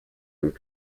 and